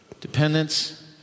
Dependence